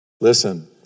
listen